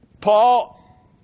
Paul